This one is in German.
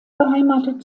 beheimatet